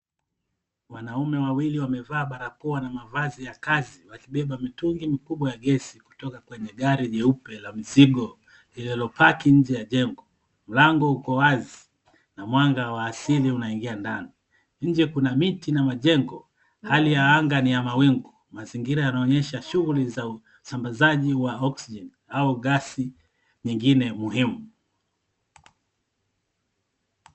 Wanaume wawili wamevaa barakoa na mavazi ya kazi wakibeba mitungi mikubwa ya gesi kutoka kwenye gari nyeupe la mizigo lililopaki nje ya jengo. Mlango uko wazi na mwanga wa asili unaingia ndani. Nje kuna miti na majengo. Hali ya anga ni ya mawingu. Mazingira yanaonyesha shughuli za usambazaji wa oxygen au gasi nyingine muhimu.